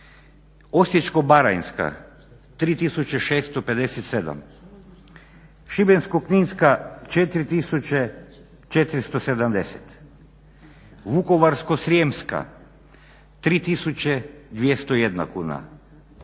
Osječko-baranjska 3657, Šibensko-kninska 4470, Vukovarsko-srijemska 3201 kuna,